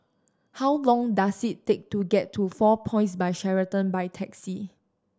how long does it take to get to Four Points By Sheraton by taxi